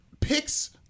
Picks